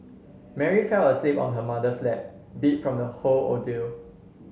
Mary fell asleep on her mother's lap beat from the whole ordeal